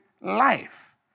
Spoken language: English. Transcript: life